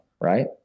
right